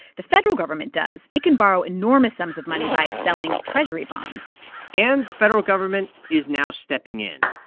the federal government does. it can borrow enormous sums of money by selling treasury bonds and the federal government is now stepping in.